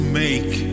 make